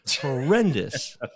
horrendous